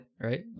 right